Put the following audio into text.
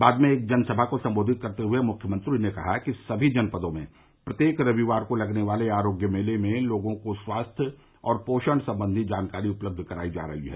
बाद में एक जनसभा को सम्बोधित करते हुए मुख्यमंत्री ने कहा कि समी जनपदों में प्रत्येक रविवार को लगने वाले आरोग्य मेले में लोगों को स्वास्थ्य और पोषण संबंधी जानकारी उपलब्ध कराई जा रही है